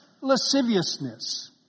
lasciviousness